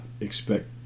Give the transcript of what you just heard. expect